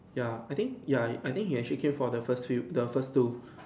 ya I think ya I think he actually came for the three the first two